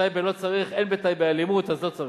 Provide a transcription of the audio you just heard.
טייבה, לא צריך, אין בטייבה אלימות, אז לא צריך.